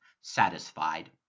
satisfied